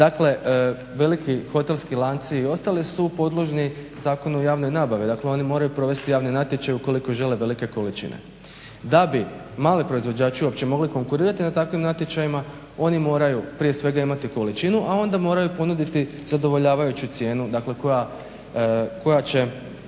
dakle veliki hotelski lanci i ostali su podložni Zakonu o javnoj nabavi, dakle oni moraju provesti javne natječaj ukoliko žele velike količine. Da bi mali proizvođači uopće mogli konkurirati na takvim natječajima oni moraju prije svega imati količinu, a onda moraju ponuditi zadovoljavajući cijenu, dakle koja će